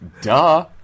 Duh